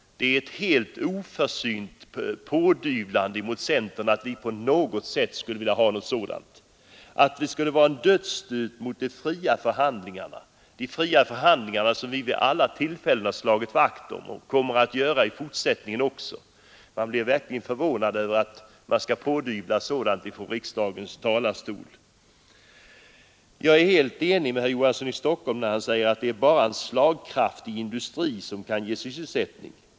Vi har vid alla tillfällen slagit vakt om de fria förhandlingarna, och vi kommer att göra så i fortsättningen också. Man blir verkligen förvånad när man pådyvlas sådana påståenden som herr Knut Johansson kom med ifrån riksdagens talarstol. Jag är helt enig med herr Johansson i Stockholm när han säger att det bara är en slagkraftig industri som kan ge sysselsättning.